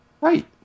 Right